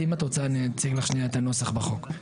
אם את רוצה אני אציג לך שנייה את הנוסח בחוק.